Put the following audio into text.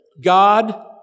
God